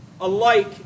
alike